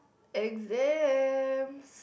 exams